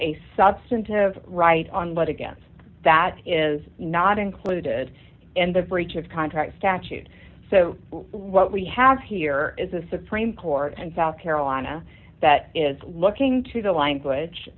a substantive right on what against that is not included in the breach of contract statute so what we have here is a supreme court and south carolina that is looking to the language